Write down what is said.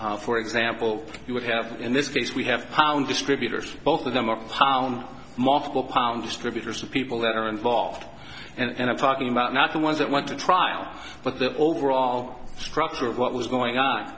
distributor for example you would have in this case we have pound distributors both of them are pound multiple pound distributors of people that are involved and i'm talking about not the ones that went to trial but the overall structure of what was going on